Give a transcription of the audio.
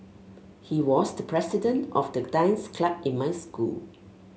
he was the president of the dance club in my school